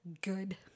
good